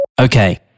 Okay